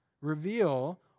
reveal